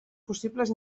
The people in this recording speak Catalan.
possibles